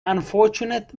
unfortunate